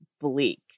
bleak